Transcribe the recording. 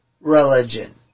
religion